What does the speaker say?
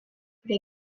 prie